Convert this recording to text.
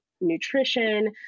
nutrition